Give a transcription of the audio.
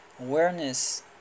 awareness